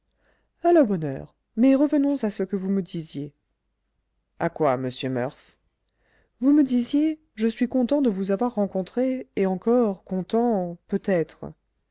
à la bonne heure mais revenons à ce que vous me disiez à quoi monsieur murph vous me disiez je suis content de vous avoir rencontré et encore content peut-être